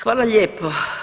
Hvala lijepo.